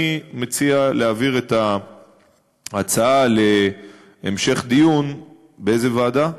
אני מציע להעביר את ההצעה להמשך דיון, באיזו ועדה?